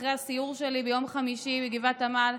אחרי הסיור שלי ביום חמישי בגבעת עמל,